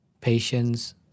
patience